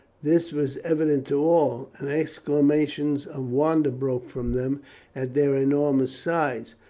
this was evident to all, and exclamations of wonder broke from them at their enormous size.